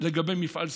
לגבי מפעל סולתם,